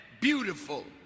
beautiful